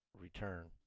return